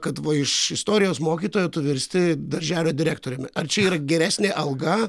kad va iš istorijos mokytojo tu virsti darželio direktoriumi ar čia yra geresnė alga